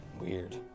weird